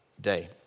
day